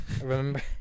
remember